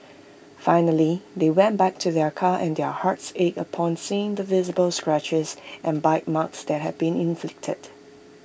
finally they went back to their car and their hearts ached upon seeing the visible scratches and bite marks that had been inflicted